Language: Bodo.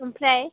ओमफ्राय